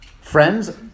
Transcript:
friends